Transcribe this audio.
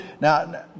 Now